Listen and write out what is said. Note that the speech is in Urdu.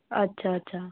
اچھا اچھا